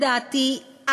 לדעתי,